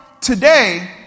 today